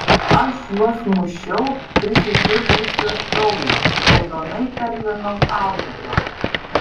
aš juos mušiau prisisiurbusius kraujo raudonai terlinau audeklą